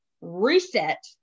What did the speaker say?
reset